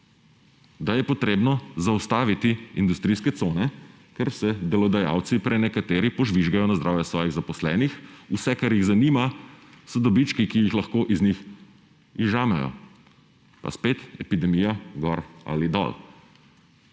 da je potrebno zaustaviti industrijske cone, ker se delodajalci, prenekateri, požvižgajo na zdravje svojih zaposlenih; vse, kar jih zanima so dobički, ki jih lahko iz njih izžamejo. Pa spet epidemija gor ali dol.